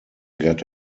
get